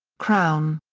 crown.